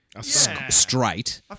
straight